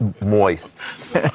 Moist